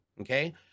okay